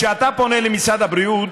כשאתה פונה למשרד הבריאות,